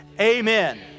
amen